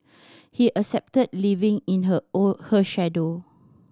he accepted living in her our her shadow